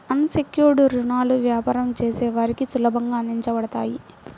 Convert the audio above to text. అన్ secured రుణాలు వ్యాపారం చేసే వారికి సులభంగా అందించబడతాయి